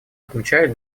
отмечает